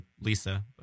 Lisa